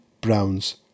Browns